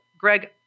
Greg